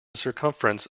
circumference